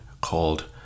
called